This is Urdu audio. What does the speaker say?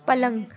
پلنگ